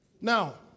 Now